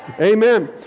Amen